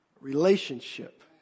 relationship